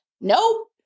Nope